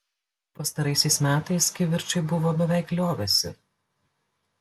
pastaraisiais metais kivirčai buvo beveik liovęsi